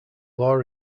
law